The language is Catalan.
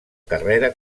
carrera